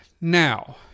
Now